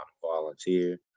volunteer